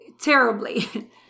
Terribly